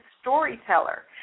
storyteller